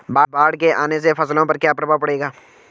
बाढ़ के आने से फसलों पर क्या प्रभाव पड़ेगा?